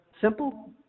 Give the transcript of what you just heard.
simple